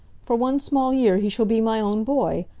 for one small year he shall be my own boy.